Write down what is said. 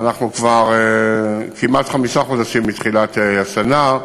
אנחנו כבר כמעט חמישה חודשים מתחילת השנה,